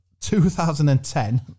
2010